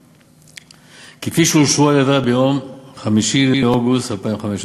כפי שאושרו על-ידה ביום 5 באוגוסט 2015,